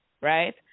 right